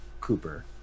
Cooper